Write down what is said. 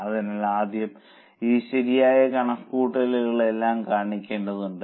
അതിനാൽ ആദ്യം ഈ ശരിയായ കണക്കുകൂട്ടലുകളെല്ലാം കാണിക്കേണ്ടതുണ്ട്